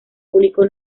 público